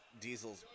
Diesel's